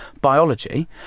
biology